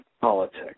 politics